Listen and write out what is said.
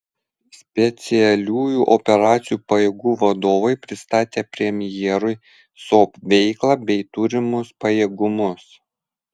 specialiųjų operacijų pajėgų vadovai pristatė premjerui sop veiklą bei turimus pajėgumus